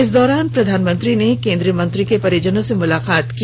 इस दौरान प्रधानमंत्री ने केन्द्रीय मंत्री के परिजनों से मुलाकात की